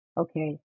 okay